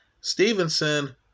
Stevenson